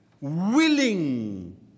willing